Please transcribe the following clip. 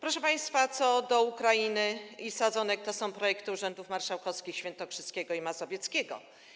Proszę państwa, co do Ukrainy i sadzonek - to są projekty urzędów marszałkowskich świętokrzyskiego i mazowieckiego.